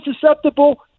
susceptible